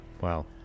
wow